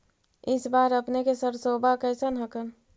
इस बार अपने के सरसोबा कैसन हकन?